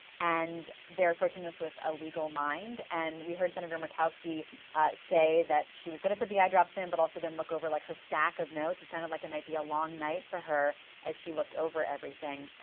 and they are approaching this with a legal mind and we heard senator murkowski say that she was going to put the eye drops in but then look over like her stack of notes, it kind of like might be a long night for her as she looked over everything.